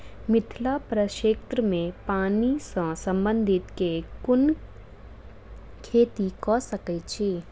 मिथिला प्रक्षेत्र मे पानि सऽ संबंधित केँ कुन खेती कऽ सकै छी?